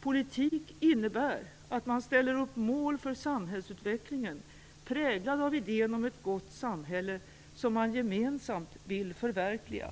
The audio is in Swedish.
Politik innebär att man ställer upp mål för samhällsutvecklingen, präglade av idén om ett gott samhälle som man gemensamt vill förverkliga.